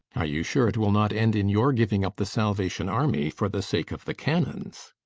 are you sure it will not end in your giving up the salvation army for the sake of the cannons?